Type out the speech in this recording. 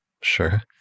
Sure